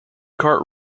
kart